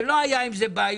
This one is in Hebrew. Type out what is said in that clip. ולא היו עם זה בעיות,